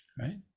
Right